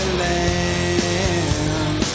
land